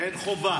אין חובה.